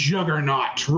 Juggernaut